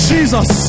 Jesus